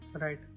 right